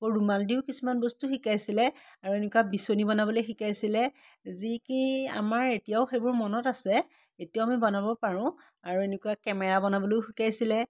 আকৌ ৰুমাল দিও কিছুমান বস্তু শিকাইছিলে আৰু এনেকুৱা বিচনী বনাবলৈও শিকাইছিলে যি কি আমাৰ এতিয়াও সেইবোৰ মনত আছে এতিয়াও আমি বনাব পাৰোঁ আৰু এনেকুৱা কেমেৰা বনাবলৈও শিকাইছিলে